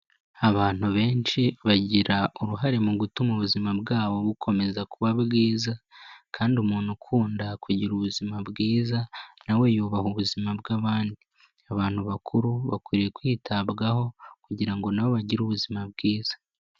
Abantu benshi bagira uruhare mu gutuma ubuzima bwabo bukomeza kuba bwiza kandi umuntu ukunda kugira ubuzima bwiza na we yubaha ubuzima bw'abandi, abantu bakuru bakwiriye kwitabwaho kugira ngo na bo bagire ubuzima bwiza.